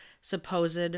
supposed